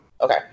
Okay